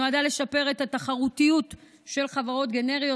נועדה לשפר את התחרותיות של חברות גנריות